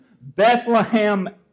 Bethlehem